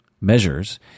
measures